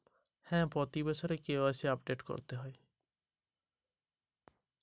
প্রতি বছরই কি কে.ওয়াই.সি আপডেট করতে হবে?